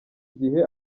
gihe